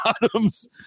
bottoms